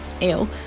ew